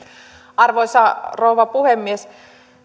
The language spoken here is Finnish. arvoisa rouva puhemies